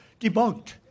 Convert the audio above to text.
debunked